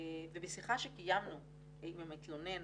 ובשיחה שקיימנו עם המתלונן